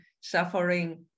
suffering